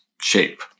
shape